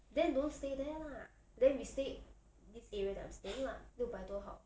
then don't stay there lah then we stay this area that I'm staying lah 六百多号